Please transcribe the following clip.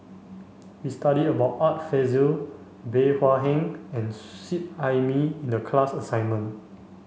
we studied about Art Fazil Bey Hua Heng and Seet Ai Mee in the class assignment